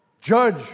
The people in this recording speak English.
judge